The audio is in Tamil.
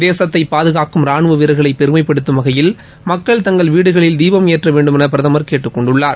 தேசத்தை பாதுகாக்கும் ரானுவ வீரர்களை பெருமைப்படுத்தும் வகையில் மக்கள் தங்கள் வீடுகளில் தீபம் ஏற்ற வேண்டுமென பிரதமர் கேட்டுக் கொண்டுள்ளார்